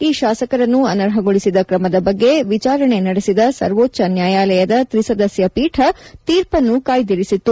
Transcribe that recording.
ಈ ಶಾಸಕರನ್ನು ಅನರ್ಹಗೊಳಿಸಿದ ಕ್ರಮದ ಬಗ್ಗೆ ವಿಚಾರಣೆ ನಡೆಸಿದ ಸರ್ವೋಚ್ಚ ನ್ಯಾಯಾಲಯದ ತ್ರಿಸದಸ್ಯ ಪೀಠ ತೀರ್ಪನ್ನು ಕಾಯ್ದಿರಿಸಿತ್ತು